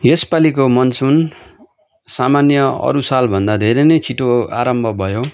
यसपालिको monsoon सामान्य अरू सालभन्दा धेरै नै छिटो आरम्भ भयो